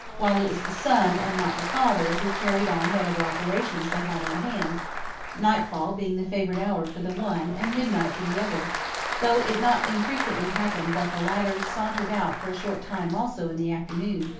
while it was the son and not the father who carried on whatever operations they had on hand nightfall being the favorite hour for the one and midnight for the other though it not infrequently happened that the latter sauntered out for a short time also in the afternoon,